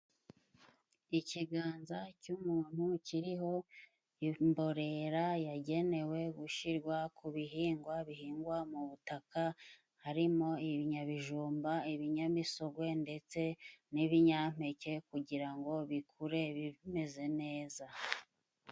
Ikiganza cy'umuntu kiriho imborera yagenewe gushyirwa ku bihingwa, bihingwa mu butaka harimo ibinyabijumba, ibinyamisogwe, ndetse n'ibinyampeke kugira ngo bikure bi bimeze neza.